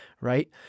right